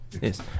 Yes